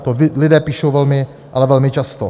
To lidé píšou velmi, ale velmi, často.